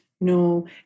No